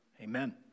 amen